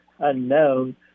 Unknown